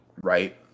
right